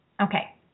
okay